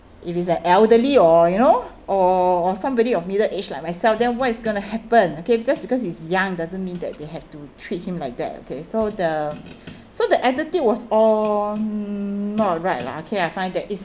if it's a elderly or you know or somebody of middle age like myself then what's going to happen okay just because he's young doesn't mean that they have to treat him like that okay so the so the attitude was all not right lah okay I find that it's